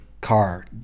car